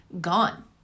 gone